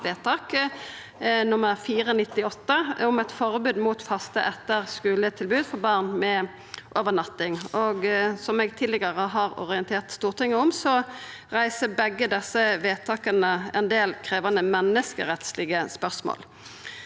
2020, om eit forbod mot faste etter-skule-tilbod for barn med overnatting. Som eg tidlegare har orientert Stortinget om, reiser begge desse vedtaka ein del krevjande menneskerettslege spørsmål.